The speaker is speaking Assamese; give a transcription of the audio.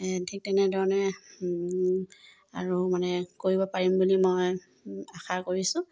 ঠিক তেনেধৰণে আৰু মানে কৰিব পাৰিম বুলি মই আশা কৰিছোঁ